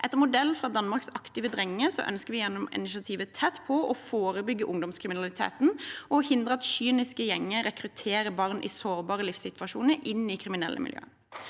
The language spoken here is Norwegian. Etter modell fra Danmarks «Aktive Drenge» ønsker vi gjennom initiativet «Tett på» å forebygge ungdomskriminalitet og hindre at kyniske gjenger rekrutterer barn i sårbare livssituasjoner inn i kriminelle miljøer.